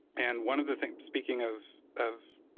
and one of the things, speaking of of